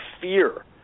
fear